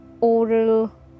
oral